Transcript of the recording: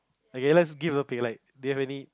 okay let's give a pick like do you have any